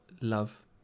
love